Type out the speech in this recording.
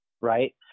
right